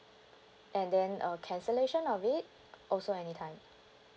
and then uh cancellation of it also anytime